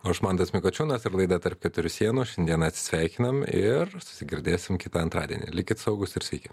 aš mantas mikočiūnas ir laida tarp keturių sienų šiandieną atsisveikinam ir susigirdėsim kitą antradienį likit saugūs ir sveiki